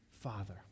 Father